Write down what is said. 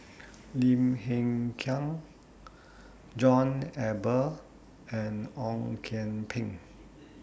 Lim Hng Kiang John Eber and Ong Kian Peng